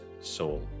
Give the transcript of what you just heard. soul